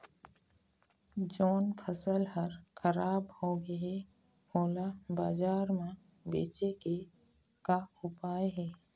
जोन फसल हर खराब हो गे हे, ओला बाजार म बेचे के का ऊपाय हे?